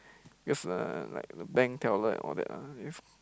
because uh like bank teller and all that ah if